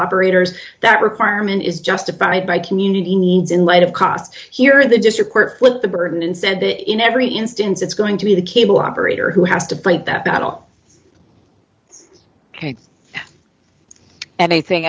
operators that requirement is justified by community needs in light of cost here the district court put the burden and said that in every instance it's going to be the cable operator who has to break that battle ok everything